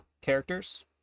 characters